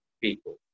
people